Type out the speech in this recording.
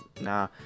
nah